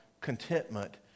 contentment